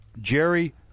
Jerry